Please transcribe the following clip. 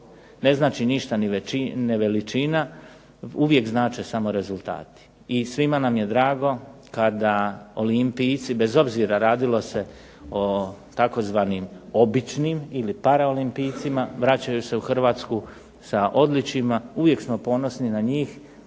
Ne znači ništa ni veličina, uvijek znače samo rezultati. I svima nam je drago kada olimpijci bez obzira radilo se o tzv. "običnim" ili paraolimpijcima vraćaju se u Hrvatsku sa odličjima, uvijek smo ponosni na njih,